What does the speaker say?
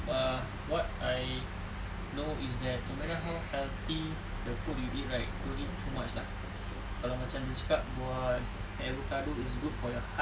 uh what I know is that no matter how healthy the food you eat right don't eat too much lah kalau macam dia cakap buah avocado is good for your heart